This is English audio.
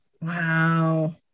Wow